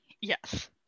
yes